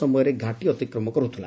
ସମୟରେ ଘାଟି ଅତିକ୍ରମ କରୁଥିଲା